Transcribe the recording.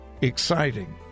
exciting